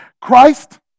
Christ